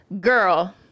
girl